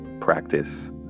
practice